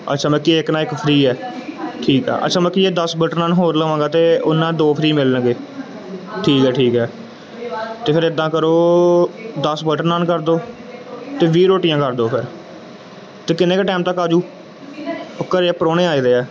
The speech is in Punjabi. ਅੱਛਾ ਮਤਲਬ ਕਿ ਇੱਕ ਨਾਲ ਇੱਕ ਫ੍ਰੀ ਹੈ ਠੀਕ ਆ ਅੱਛਾ ਮਤਲਬ ਕਿ ਇਹ ਦਸ ਬਟਰ ਨਾਨ ਹੋਰ ਲਵਾਂਗਾ ਤਾਂ ਉਹਨਾਂ ਨਾਲ ਦੋ ਫ੍ਰੀ ਮਿਲਣਗੇ ਠੀਕ ਹੈ ਠੀਕ ਹੈ ਅਤੇ ਫਿਰ ਇੱਦਾਂ ਕਰੋ ਦਸ ਬਟਰ ਨਾਨ ਕਰ ਦਿਓ ਅਤੇ ਵੀਹ ਰੋਟੀਆਂ ਕਰ ਦਿਓ ਫਿਰ ਅਤੇ ਕਿੰਨੇ ਕੁ ਟਾਈਮ ਤੱਕ ਆਜੂ ਉਹ ਘਰ ਪ੍ਰਾਹੁਣੇ ਆਏ ਵੇ ਹੈ